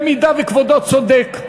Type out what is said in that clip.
אם כבודו צודק,